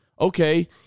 okay